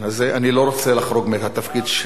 אני לא רוצה לחרוג מהתפקיד שלי.